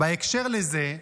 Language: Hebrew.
בהקשר לזה,